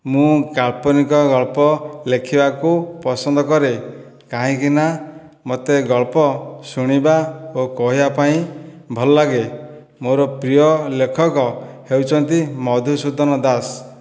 ମୁଁ କାଳ୍ପନିକ ଗଳ୍ପ ଲେଖିବାକୁ ପସନ୍ଦ କରେ କାହିଁକିନା ମୋତେ ଗଳ୍ପ ଶୁଣିବା ଓ କହିବା ପାଇଁ ଭଲ ଲାଗେ ମୋର ପ୍ରିୟ ଲେଖକ ହେଉଛନ୍ତି ମଧୁସୂଦନ ଦାସ